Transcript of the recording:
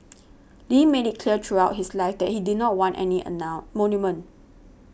Lee made it clear throughout his life that he did not want any monument